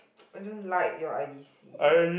I don't like your I_D_C